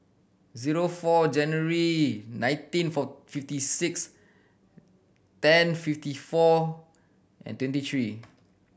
zero four January nineteen four fifty six ten fifty four and twenty three